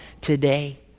today